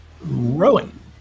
Rowan